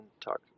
talk